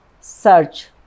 search